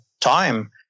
time